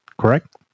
correct